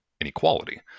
inequality